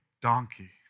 donkey